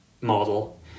model